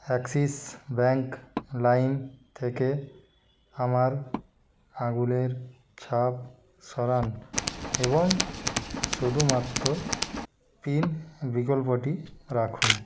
Axis Bank লাইম থেকে আমার আঙুলের ছাপ সরান এবং শুধুমাত্র পিন বিকল্পটি রাখুন